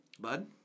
bud